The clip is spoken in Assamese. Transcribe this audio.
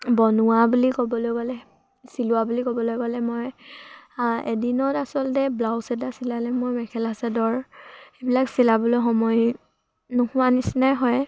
বনোৱা বুলি ক'বলৈ গ'লে চিলোৱা বুলি ক'বলৈ গ'লে মই এদিনত আচলতে ব্লাউজ এটা চিলালে মই মেখেলা চাদৰ সেইবিলাক চিলাবলৈ সময় নোহোৱা নিচিনাই হয়